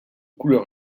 couleur